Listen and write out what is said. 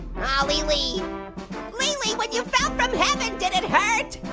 ah lili. lili, when you fell from heaven did it hurt?